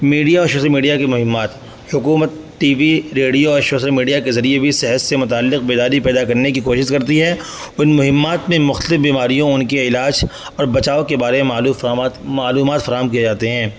media اور social media کے مہمات حکومت ٹی وی ریڈیو اور شوسل میڈیا کے ذریعے بھی صحت سے متعلق بیداری پیدا کرنے کی کوسس کرتی ہے اور ان مہمات میں مختلف بیماریوں اور ان کے علاج اور بچاؤ کے بارے میں معلومات فراہم کیے جاتے ہیں